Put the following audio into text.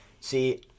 See